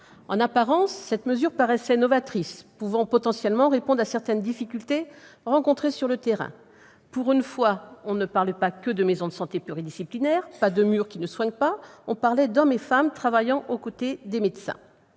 En apparence, cette mesure paraissait novatrice et susceptible de répondre à certaines difficultés rencontrées sur le terrain : pour une fois, on parle non pas uniquement de maisons de santé pluridisciplinaires, de murs qui ne soignent pas, mais d'hommes et de femmes travaillant au côté des médecins.